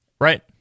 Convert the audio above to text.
Right